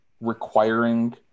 requiring